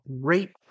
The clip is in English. great